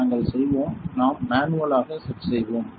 நாங்கள் செய்வோம் நாம் மேனுவல் ஆக செட் செய்வோம்